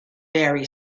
very